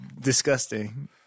disgusting